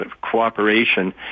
cooperation